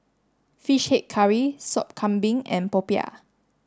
fish head curry sop Kambing and Popiah